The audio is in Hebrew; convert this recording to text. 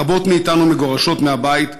רבות מאיתנו מגורשות מהבית,